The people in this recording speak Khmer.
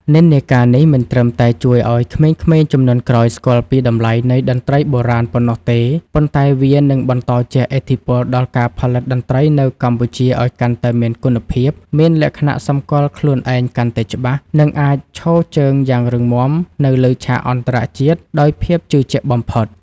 និន្នាការនេះមិនត្រឹមតែជួយឱ្យក្មេងជំនាន់ក្រោយស្គាល់ពីតម្លៃនៃតន្ត្រីបុរាណប៉ុណ្ណោះទេ ប៉ុន្តែវានឹងបន្តជះឥទ្ធិពលដល់ការផលិតតន្ត្រីនៅកម្ពុជាឱ្យកាន់តែមានគុណភាព មានលក្ខណៈសម្គាល់ខ្លួនឯងកាន់តែច្បាស់ និងអាចឈរជើងយ៉ាងរឹងមាំនៅលើឆាកអន្តរជាតិដោយភាពជឿជាក់បំផុត។